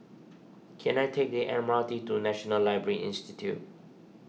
can I take the M R T to National Library Institute